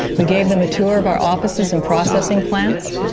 we gave them a tour of our offices and processing plants,